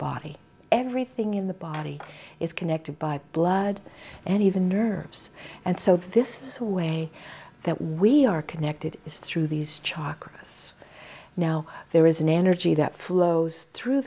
body everything in the body is connected by blood and even nerves and so this is a way that we are connected is through these chalk us now there is an energy that flows through